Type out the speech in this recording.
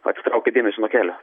atitraukia dėmesį nuo kelio